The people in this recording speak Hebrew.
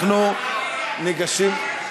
אנחנו ניגשים,